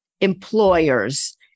employers